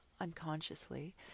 unconsciously